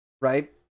right